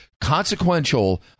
consequential